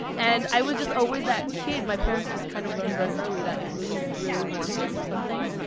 and i was just always that kid. my parents just kind of learned very early, that if lilly really wants to to do something,